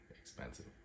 expensive